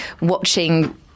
watching